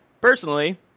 Personally